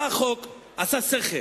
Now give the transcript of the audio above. בא החוק, עשה סכר,